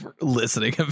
listening